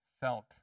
felt